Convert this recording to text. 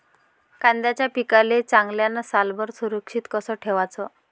कांद्याच्या पिकाले चांगल्यानं सालभर सुरक्षित कस ठेवाचं?